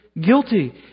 guilty